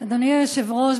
אדוני היושב-ראש,